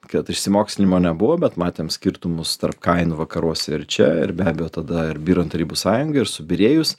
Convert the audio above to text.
kad išsimokslinimo nebuvo bet matėm skirtumus tarp kainų vakaruose ir čia ir be abejo tada ir byrant tarybų sąjungai ir subyrėjus